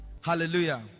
Hallelujah